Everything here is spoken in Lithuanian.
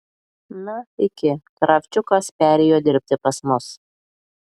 na iki kravčiukas perėjo dirbti pas mus